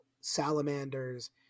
Salamanders